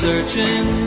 Searching